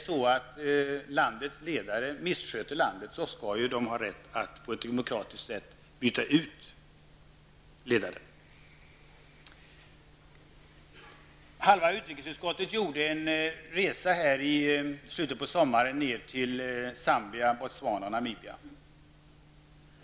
Om landets ledare missköter landet skall folket ha rätt att på ett demokratiskt sätt byta ut ledaren. Halva utrikesutskottet gjorde en resa i slutet av sommaren till Zambia, Botswana och Namibia.